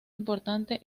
importante